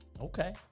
Okay